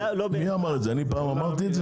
אני פעם אמרתי את זה?